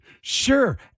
sure